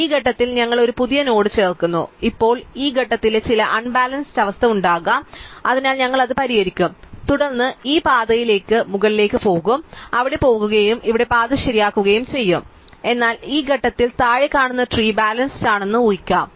അതിനാൽ ഈ ഘട്ടത്തിൽ ഞങ്ങൾ ഒരു പുതിയ നോഡ് ചേർക്കുന്നു അതിനാൽ ഇപ്പോൾ ഈ ഘട്ടത്തിൽ ചില അൺബാലൻസ്ഡ് അവസ്ഥ ഉണ്ടാകാം അതിനാൽ ഞങ്ങൾ അത് പരിഹരിക്കും തുടർന്ന് ഞങ്ങൾ ഈ പാതയിലേക്ക് മുകളിലേക്ക് പോകും ഞങ്ങൾ അവിടെ പോകുകയും ഇവിടെ പാത ശരിയാക്കുകയും ചെയ്യും എന്നാൽ ഈ ഘട്ടത്തിൽ താഴെ കാണുന്ന ട്രീ ബാലൻസ്ഡ് അണെന്ന് നിങ്ങൾ ഉഹിക്കും